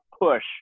push